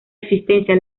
existencia